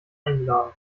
eingeladen